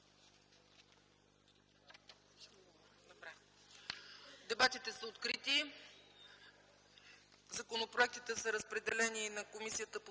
ЦАЧЕВА: Дебатите са открити. Законопроектите са разпределени на Комисията по